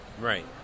Right